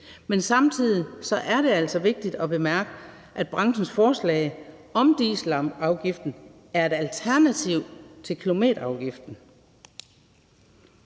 Men samtidig er det altså vigtigt at bemærke, at branchens forslag om dieselafgiften er et alternativ til kilometerafgiften.